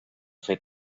fer